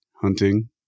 hunting